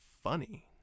funny